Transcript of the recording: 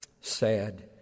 sad